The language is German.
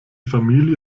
familie